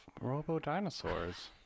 Robo-dinosaurs